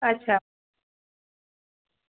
अच्छा